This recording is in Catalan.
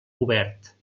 obert